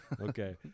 Okay